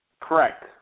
Correct